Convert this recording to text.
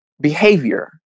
behavior